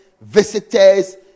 visitors